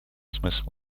смысл